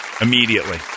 immediately